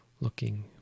looking